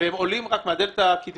והם עולים רק מהדלת הקדמית,